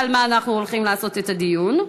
על מה אנחנו הולכים לעשות את הדיון,